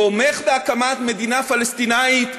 תומך בהקמת מדינה פלסטינית.